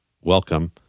welcome